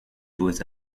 beaux